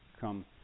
come